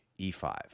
e5